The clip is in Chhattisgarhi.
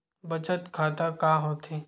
बचत खाता का होथे?